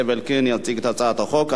זאב אלקין יציג את הצעת החוק.